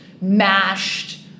mashed